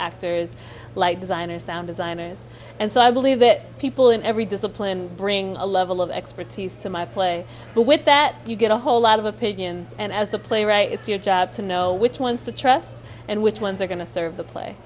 actors like designers town designers and so i believe that people in every discipline bring a level of expertise to my play but with that you get a whole lot of opinions and as the playwright it's your job to know which ones to trust and which ones are going to serve the play